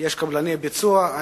יש קבלני ביצוע.